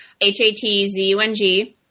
H-A-T-Z-U-N-G